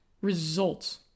results